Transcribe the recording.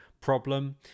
problem